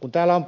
kun täällä on